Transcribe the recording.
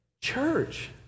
church